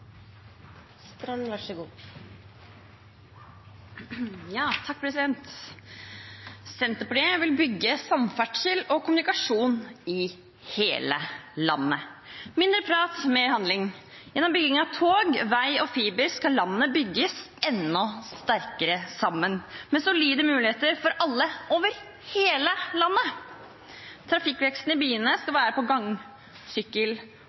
Senterpartiet vil bygge samferdsel og kommunikasjon i hele landet – mindre prat, mer handling. Gjennom bygging av tog, vei og fiber skal landet bygges enda sterkere sammen, med solide muligheter for alle over hele landet. Trafikkveksten i byene